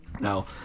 Now